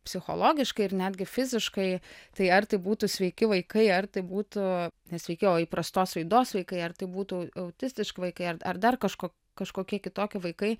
psichologiškai ir netgi fiziškai tai ar tai būtų sveiki vaikai ar tai būtų ne sveiki o įprastos raidos vaikai ar tai būtų autistiški vaikai ar ar dar kažko kažkokie kitokie vaikai